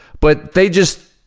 but they just,